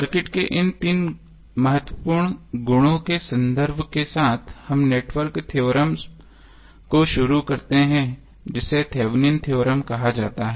circuit के इन तीन महत्वपूर्ण गुणों के संदर्भ के साथ हम नेटवर्क थ्योरम को शुरू करते हैं जिसे थेवेनिन थ्योरम Thevenins theorem कहा जाता है